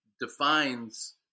defines